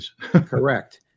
Correct